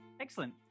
Excellent